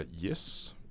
Yes